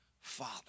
Father